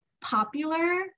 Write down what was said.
popular